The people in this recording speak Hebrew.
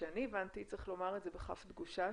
שאני הבנתי צריך לומר את זה ב-כ' דגושה.